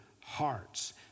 hearts